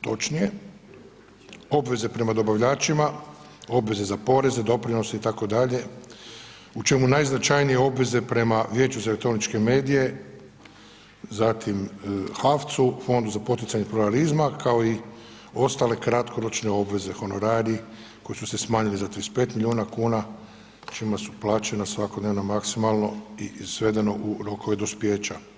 točnije obveze prema dobavljačima, obveze za poreze i doprinose itd. u čemu najznačajnije obveze prema Vijeću za elektroničke medije, zatim HAVC-u, Fondu za poticanje pluralizma, kao i ostale kratkoročne obveze, honorari koji su se smanjili za 35 milijuna kuna, čime su plaćena svakodnevno maksimalno i svedeno u rokove dospijeća.